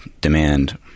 demand